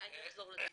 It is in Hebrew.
אני אחזור לזה בסוף.